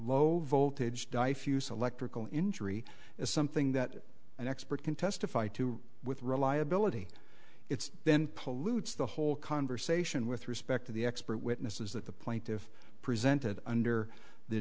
low voltage di few select trickle injury is something that an expert can testify to with reliability it's been pollutes the whole conversation with respect to the expert witnesses that the plaintive presented under the